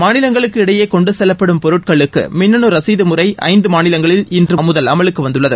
மாநிலங்களுக்கு இடையே கொண்டு செல்லப்படும் பொருட்களுக்கு மின்னனு ரசிது முறை ஐந்து மாநிலங்களில் இன்று முதல் அமலுக்கு வந்துள்ளது